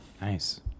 nice